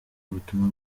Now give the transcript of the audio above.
ubutumwa